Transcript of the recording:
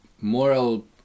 moral